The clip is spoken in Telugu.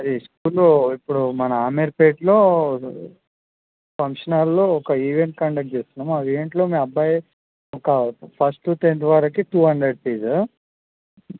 అది స్కూల్లో ఇప్పుడు మన అమీర్పేట్లో ఫంక్షన్ హాల్లో ఒక ఈవెంట్ కండక్ట్ చేస్తున్నాము ఆ ఈవెంట్లో మీ అబ్బాయి ఒక ఫస్ట్ టెన్త్ వరకు టు హండ్రెడ్ ఫీజు